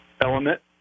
element